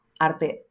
Arte